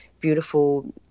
beautiful